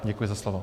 Děkuji za slovo.